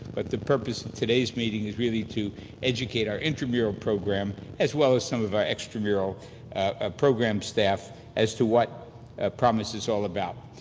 but the purpose of today's meeting is really to educate our intramural program as well as some of our extramural ah program of staff as to what promis is all about.